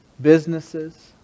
businesses